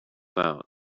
out